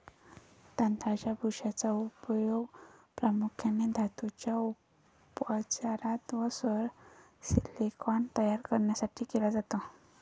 तांदळाच्या भुशाचा उपयोग प्रामुख्याने धातूंच्या उपचारात व सौर सिलिकॉन तयार करण्यासाठी केला जातो